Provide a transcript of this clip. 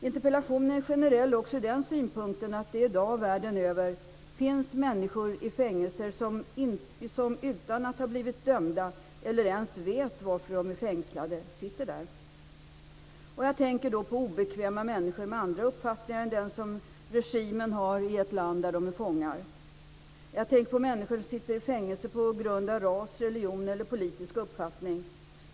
Interpellationen är generell också ur den synpunkten att det i dag världen över sitter människor i fängelser utan att de har blivit dömda eller ens vet varför de är fängslade. Jag tänker då på obekväma människor med andra uppfattningar än den som regimen har i ett land där de är fångar. Jag tänker på människor som sitter i fängelser på grund av ras, religion eller politisk uppfattning.